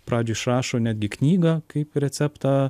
pradžioj išrašo netgi knygą kaip receptą